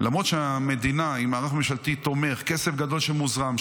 למרות שהמדינה עם מערך ממשלתי תומך והכסף הגדול שמוזרם,